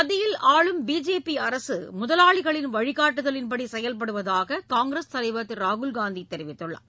மத்தியில் ஆளும் பிஜேபி அரசு முதலாளிகளின் வழிகாட்டுதல்படிதான் செயல்படுவதாக காங்கிரஸ் தலைவர் திரு ராகுல்காந்தி தெரிவித்துள்ளார்